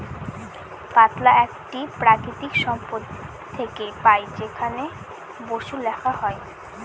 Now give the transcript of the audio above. পাতলা একটি প্রাকৃতিক সম্পদ থেকে পাই যেখানে বসু লেখা হয়